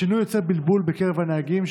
השינוי יוצר בלבול בקרב הנהגים,